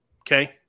Okay